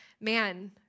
man